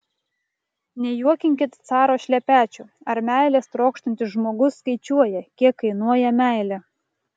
nejuokinkit caro šlepečių ar meilės trokštantis žmogus skaičiuoja kiek kainuoja meilė